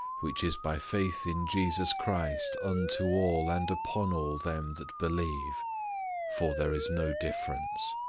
which is by faith in jesus christ unto all and upon all them that believe for there is no difference.